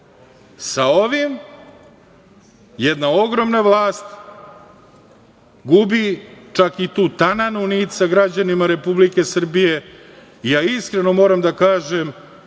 ovim, jedna ogromna vlast gubi čak i tu tananu nit sa građanima Republike Srbije. Iskreno moram da kažem